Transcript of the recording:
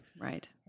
Right